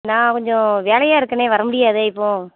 நான் கொஞ்சம் வேலையாக இருக்கனே வர முடியாதே இப்போ